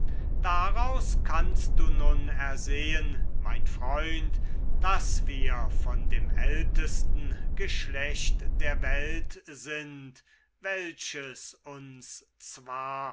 daraus kannst du nun ersehen mein freund daß wir von dem ältesten geschlecht der welt sind welches uns zwar